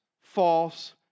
false